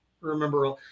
remember